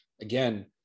again